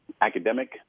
academic